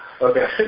Okay